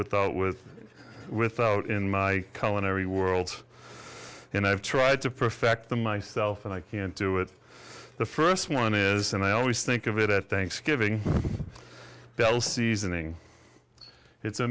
without with or without in my colon every world and i've tried to perfect the myself and i can't do it the first one is and i always think of it at thanksgiving bell seasoning it's a